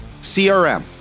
CRM